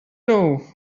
know